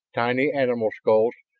tiny animal skulls,